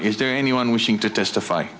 is there anyone wishing to testify